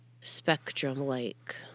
spectrum-like